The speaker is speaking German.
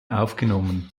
aufgenommen